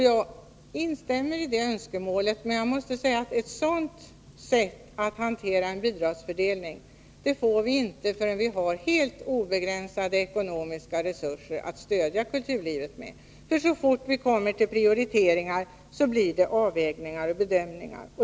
Jag instämmer i det önskemålet, men jag måste säga att ett sådant sätt att hantera bidragsfördelningen får vi inte förrän vi har helt obegränsade ekonomiska resurser att stödja kulturlivet med, för så fort vi kommer till prioriteringar blir det fråga om avvägningar och bedömningar.